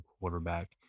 quarterback